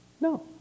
No